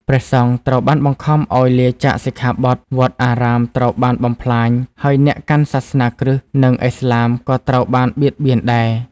ព្រះសង្ឃត្រូវបានបង្ខំឱ្យលាចាកសិក្ខាបទ វត្តអារាមត្រូវបានបំផ្លាញ ហើយអ្នកកាន់សាសនាគ្រឹស្ត និងឥស្លាមក៏ត្រូវបានបៀតបៀនដែរ។